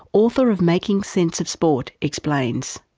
author of making sense of sport, explains.